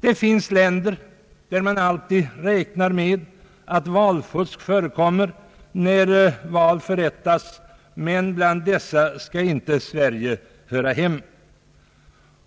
Det finns länder där man alltid räknar med att valfusk förekommer när val förrättas, men bland dessa länder skall inte Sverige höra hemma.